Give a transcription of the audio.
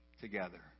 together